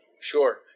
Sure